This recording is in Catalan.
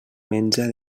menja